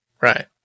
Right